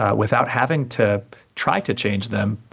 ah without having to try to change them,